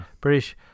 British